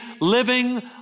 living